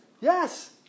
Yes